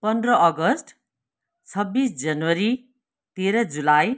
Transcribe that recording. पन्ध्र अगस्ट छब्बिस जनवरी तेह्र जुलाई